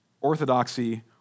Orthodoxy